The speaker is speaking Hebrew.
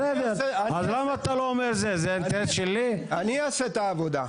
אני אעשה את העבודה.